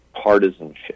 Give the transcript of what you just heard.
partisanship